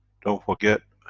don't forget,